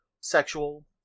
sexual